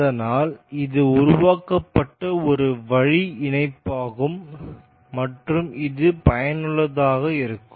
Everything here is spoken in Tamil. அதனால் இது உருவாக்கப்பட்ட ஒரு வழி இணைப்பாகும் மற்றும் இது பயனுள்ளதாக இருக்கும்